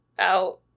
out